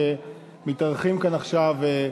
שמתארחים כאן עכשיו,